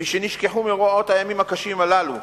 משנשכחו מאורעות הימים הקשים הללו,